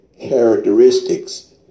characteristics